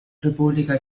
república